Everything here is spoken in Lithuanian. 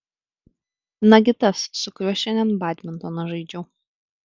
nagi tas su kuriuo šiandien badmintoną žaidžiau